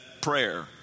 prayer